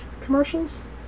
commercials